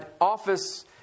office